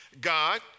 God